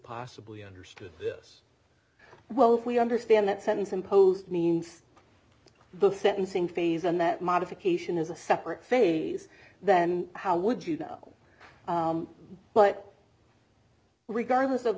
possibly understood this well if we understand that sentence imposed means the sentencing phase and that modification is a separate phase then how would you know but regardless of